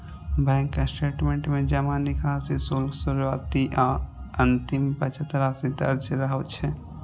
bank statement में जमा, निकासी, शुल्क, शुरुआती आ अंतिम बचत राशि दर्ज रहै छै